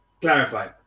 clarify